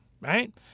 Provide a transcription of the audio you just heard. right